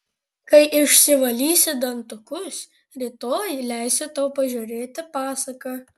kai išsivalysi dantukus rytoj leisiu tau pažiūrėti pasaką